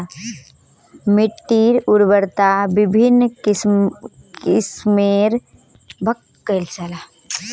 मिट्टीर उर्वरता विभिन्न किस्मेर भौतिक रासायनिक आर जैविक कारकेर पर निर्भर कर छे